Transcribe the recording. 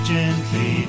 Gently